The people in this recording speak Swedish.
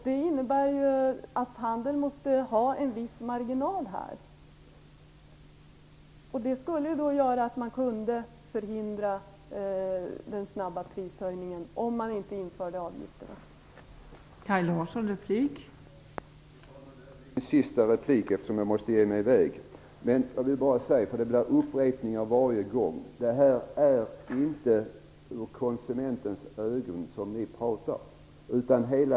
Det innebär att handeln måste ha en viss marginal, och det skulle göra att man kunde förhindra den snabba prishöjningen, om inte avgifterna infördes.